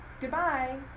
Goodbye